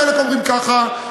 חלק אומרים ככה,